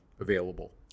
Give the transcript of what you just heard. available